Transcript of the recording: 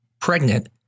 pregnant